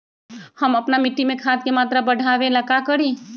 हम अपना मिट्टी में खाद के मात्रा बढ़ा वे ला का करी?